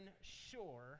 sure